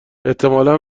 احتمالا